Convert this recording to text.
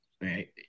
Right